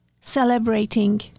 celebrating